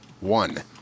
One